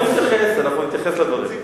אנחנו נתייחס לדברים.